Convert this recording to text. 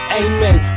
amen